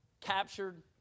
captured